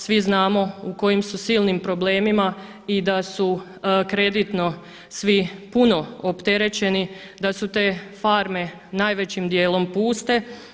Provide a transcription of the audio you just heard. Svi znamo u kojim su silnim problemima i da su kreditno svi puno opterećeni, da su te farme najvećim dijelom puste.